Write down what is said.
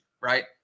Right